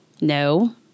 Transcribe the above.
No